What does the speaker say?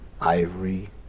ivory